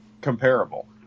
comparable